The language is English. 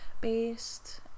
based